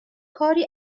کاری